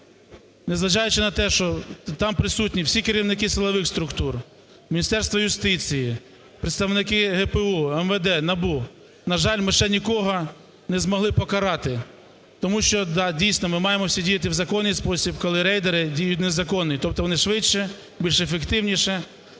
незважаючи на те, що там присутні всі керівники силових структур – Міністерства юстиції, представники ГПУ, МВД, НАБУ – на жаль, ми ще нікого не змогли покарати. Тому що, да, дійсно, ми маємо діяти в законний спосіб, коли рейдери діють в незаконний, тобто вони швидше, більш ефективніше.